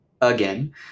again